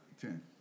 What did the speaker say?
Ten